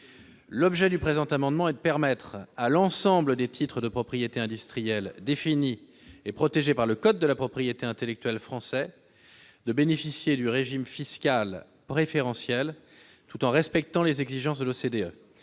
L'objet du présent amendement est de permettre à l'ensemble des titres de propriété industrielle définis et protégés par le code de la propriété intellectuelle français de bénéficier du régime fiscal préférentiel, tout en respectant les exigences de l'OCDE.